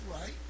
right